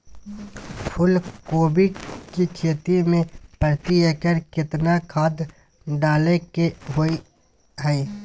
फूलकोबी की खेती मे प्रति एकर केतना खाद डालय के होय हय?